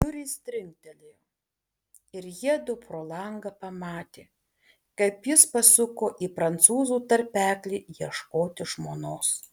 durys trinktelėjo ir jiedu pro langą pamatė kaip jis pasuko į prancūzų tarpeklį ieškoti žmonos